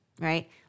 right